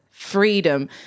Freedom